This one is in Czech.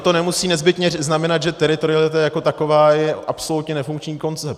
Ono to nemusí nezbytně znamenat, že teritorialita jako taková je absolutně nefunkční koncept.